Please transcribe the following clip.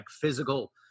physical